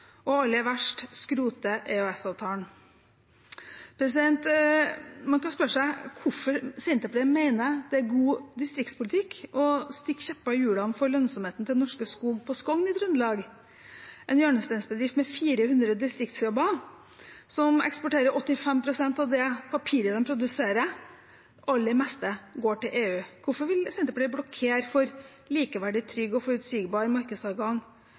og, aller verst, skrote EØS-avtalen. Man kan spørre seg hvorfor Senterpartiet mener det er god distriktspolitikk å stikke kjepper i hjulene for lønnsomheten til Norske Skog på Skogn i Trøndelag, en hjørnesteinsbedrift med 400 distriktsjobber, som eksporterer 85 pst. av det papiret de produserer, og det aller meste går til EU. Hvorfor vil Senterpartiet blokkere for en likeverdig, trygg og forutsigbar